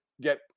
get